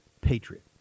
Patriot